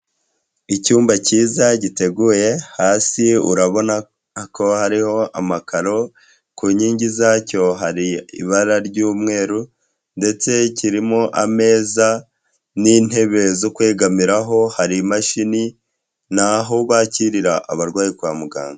Icyumba cyiza giteguye hasi urabona ko hariho amakaro ku nkingi zacyo hari ibara ry'umweru, ndetse kirimo ameza n'intebe zo kwegamiraho, hari imashini ni aho bakirira abarwayi kwa muganga.